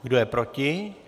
Kdo je proti?